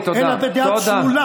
אלא בדעה צלולה,